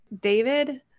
David